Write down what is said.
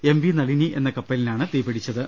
M V Nalini എന്ന കപ്പലിനാണ് തീ പിടിച്ചത്